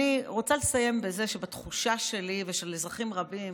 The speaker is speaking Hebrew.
אני רוצה לסיים בזה שבתחושה שלי ושל אזרחים רבים,